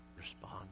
Respond